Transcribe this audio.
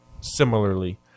similarly